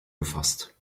gefasst